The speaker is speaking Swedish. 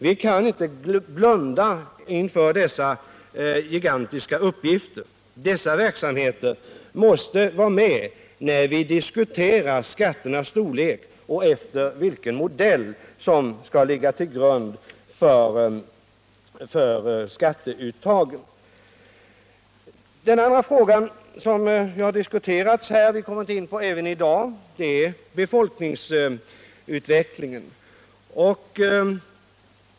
Vi kan inte blunda inför dessa gigantiska uppgifter. Dessa verksamheter måste vara med när vi diskuterar skatternas storlek och vilken modell som skall ligga till grund för skatteuttaget. Den andra fråga som vi kommit in på även i dag är befolkningsutveck 197 lingen.